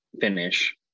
finish